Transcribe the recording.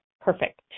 Perfect